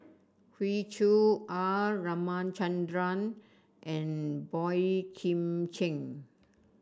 Hoey Choo R Ramachandran and Boey Kim Cheng